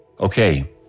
Okay